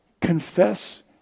Confess